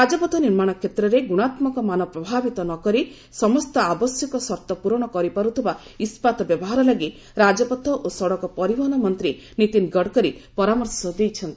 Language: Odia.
ରାଜପଥ ନିର୍ମାଣ କ୍ଷେତ୍ରରେ ଗୁଣାତ୍ମକ ମାନ ପ୍ରଭାବିତ ନ କରି ସମସ୍ତ ଆବଶ୍ୟକ ସର୍ତ୍ତ ପୂରଣ ପରିପାରୁଥିବା ଇସ୍କାତ ବ୍ୟବହାର ଳାଗି ରାଜପଥ ଓ ସଡ଼କ ପରିବହନ ମନ୍ତ୍ରୀ ନୀତିନ୍ ଗଡ଼୍କରୀ ପରାମର୍ଶ ଦେଇଛନ୍ତି